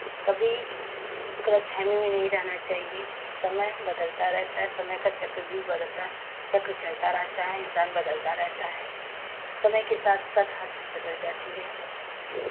कभी गलतफहमी में नहीं रहना चाहिए समय बदलता रहता है समय का चक्रव्यूह बदलता चक्र चलता रहता है इंसान बदलता रहता है समय के साथ साथ हर चीज़ बदल जाती है